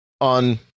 on